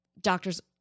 Doctors